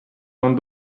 non